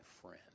friend